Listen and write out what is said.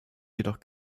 jedoch